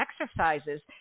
exercises